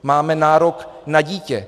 Máme nárok na dítě.